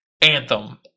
Anthem